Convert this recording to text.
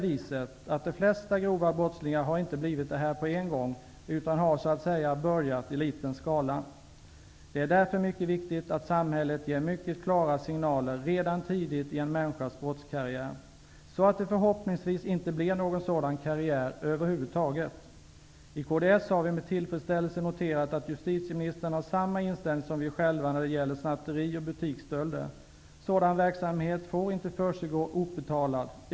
De flesta grova brottslingar har inte blivit grova brottslingar på en gång, utan de har så att säga börjat i liten skala. Det är därför mycket viktigt att samhället ger mycket klara signaler redan tidigt i en människas brottskarriär, så att det förhoppningsvis inte blir någon sådan karriär över huvud taget. I kds har vi med tillfredsställelse noterat att justitieministern har samma inställning som vi själva när det gäller snatteri och butiksstölder. Sådan verksamhet får inte försiggå opåtalad.